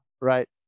Right